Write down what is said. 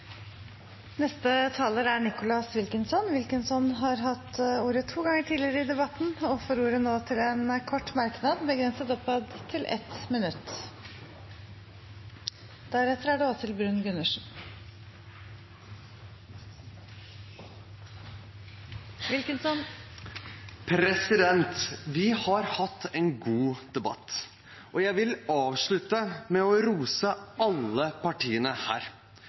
Nicholas Wilkinson har hatt ordet to ganger tidligere og får ordet til en kort merknad, begrenset til 1 minutt. Vi har hatt en god debatt, og jeg vil avslutte med å rose alle partiene her.